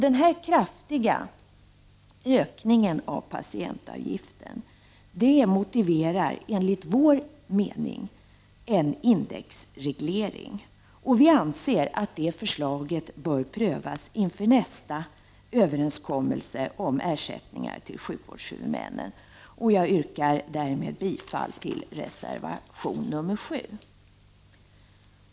Den här kraftiga ökningen av patientavgiften motiverar, enligt vår mening, en indexreglering. Vi anser att det förslaget bör prövas inför nästa överenskommelse om ersättningar till sjukvårdshuvudmännen. Jag yrkar därmed bifall till reservation nr 7.